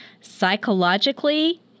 psychologically